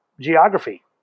geography